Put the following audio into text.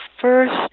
first